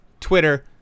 Twitter